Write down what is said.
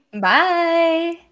Bye